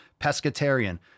pescatarian